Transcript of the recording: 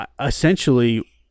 essentially